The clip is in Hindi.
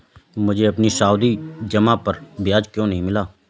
मुझे अपनी सावधि जमा पर ब्याज क्यो नहीं मिला?